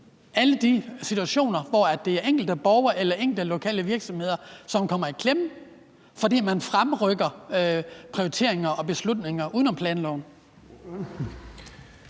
alle de situationer, hvor det er enkelte borgere eller enkelte lokale virksomheder, der kommer i klemme, fordi man fremrykker prioriteringer og beslutninger uden om planloven?